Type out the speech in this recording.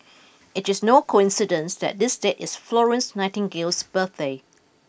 it is no coincidence that this date is Florence Nightingale's birthday